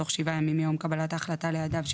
תוך שבעה ימים מיום קבלת ההחלטה לידיו,